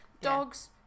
Dogs